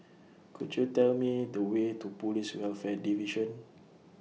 Could YOU Tell Me The Way to Police Welfare Division